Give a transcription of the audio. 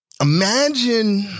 Imagine